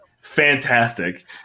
fantastic